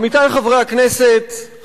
עמיתי חברי הכנסת,